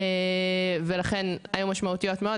ולכן היו משמעותיות מאוד.